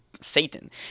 Satan